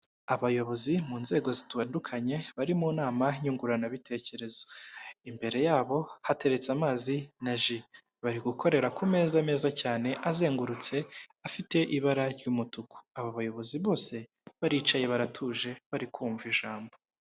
Abayobozi mu nzego zitandukanye bari mu nama nyunguranabitekerezo. Imbere yabo hateretse amazi na ji, bari gukorera ku meza meza cyane azengurutse afite ibara ry'umutuku. Aba bayobozi bose baricaye baratuje bari kumva ijambo.